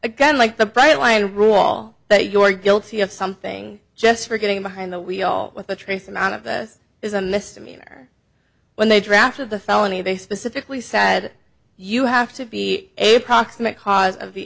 again like the bright line rule all that you are guilty of something just for getting behind the wheel with a trace amount of this is a misdemeanor when they drafted the felony they specifically said you have to be a proximate cause of the